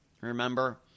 remember